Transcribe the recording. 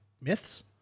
myths